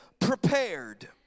prepared